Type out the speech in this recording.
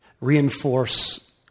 reinforce